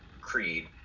creed